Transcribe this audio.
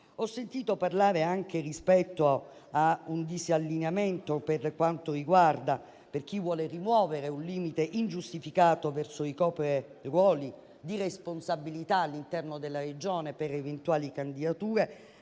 Ho sentito parlare anche di un disallineamento per quanto riguarda chi vuole rimuovere un limite ingiustificato verso chi ricopre ruoli di responsabilità all'interno della Regione per eventuali candidature.